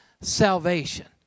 Salvation